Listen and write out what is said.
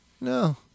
No